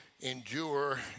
endure